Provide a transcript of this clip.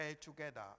together